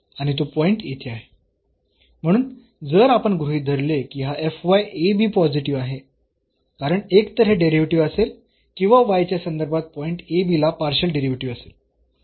म्हणून जर आपण गृहीत धरले की हा पॉझिटिव्ह आहे कारण एकतर हे डेरिव्हेटिव्ह असेल किंवा y च्या संदर्भात पॉईंट ला पार्शियल डेरिव्हेटिव्ह असेल